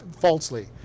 falsely